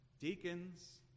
deacons